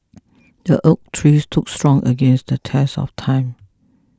the oak tree stood strong against the test of time